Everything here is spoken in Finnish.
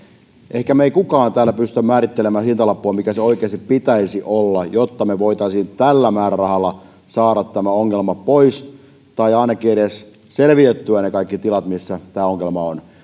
ehkä me emme kukaan täällä pysty määrittelemään sitä mikä sen hintalapun oikeasti pitäisi olla jotta me voisimme tällä määrärahalla saada tämän ongelman pois tai ainakin edes selvitettyä ne kaikki tilat missä tämä ongelma on